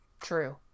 true